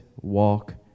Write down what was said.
walk